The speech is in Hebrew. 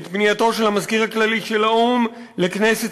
את פנייתו של המזכיר הכללי של האו"ם לכנסת